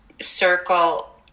circle